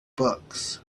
books